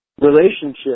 relationship